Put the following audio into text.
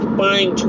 buying